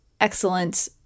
excellent